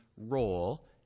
role